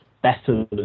better